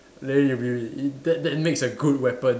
then it'll be that that makes a good weapon